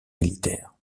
militaires